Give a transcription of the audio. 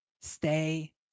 stay